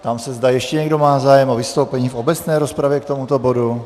Ptám se, zda ještě někdo má zájem o vystoupení v obecné rozpravě k tomuto bodu.